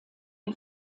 der